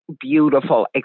beautiful